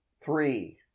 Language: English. Three